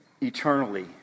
eternally